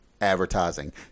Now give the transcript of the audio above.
advertising